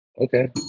Okay